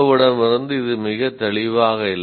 விடம் இருந்து இது மிகவும் தெளிவாக இல்லை